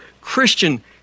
Christian